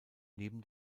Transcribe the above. neben